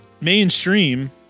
mainstream